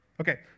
Okay